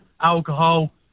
alcohol